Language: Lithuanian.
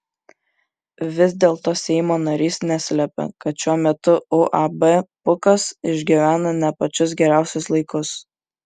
vis dėlto seimo narys neslėpė kad šiuo metu uab pūkas išgyvena ne pačius geriausius laikus